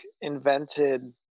invented